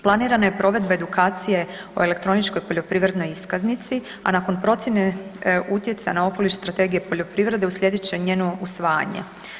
Planirana je provedba edukacije o elektroničkoj poljoprivrednoj iskaznici a nakon procjene utjecaja na okoliš strategije poljoprivrede, uslijedit će njeno usvajanje.